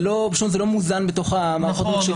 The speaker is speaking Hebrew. זה לא מוזן לתוך המערכת.